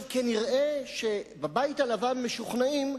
בבית הלבן משוכנעים,